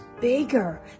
bigger